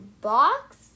box